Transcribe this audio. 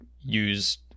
use